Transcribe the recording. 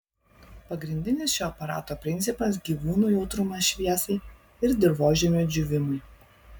pagrindinis šio aparato principas gyvūnų jautrumas šviesai ir dirvožemio džiūvimui